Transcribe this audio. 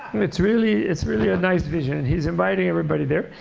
it's really it's really a nice vision. and he's inviting everybody there.